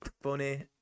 funny